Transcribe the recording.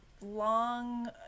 long